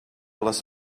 les